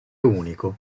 unico